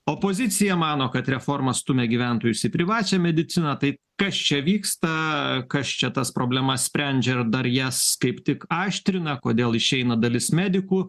opozicija mano kad reforma stumia gyventojus į privačią mediciną tai kas čia vyksta kas čia tas problemas sprendžia dar jas kaip tik aštrina kodėl išeina dalis medikų